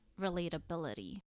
relatability